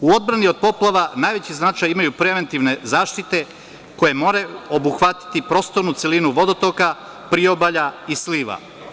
U odbrani od poplava najveći značaj imaju preventivne zaštite, koje moraju obuhvatiti prostornu celinu vodotoka, priobalja i sliva.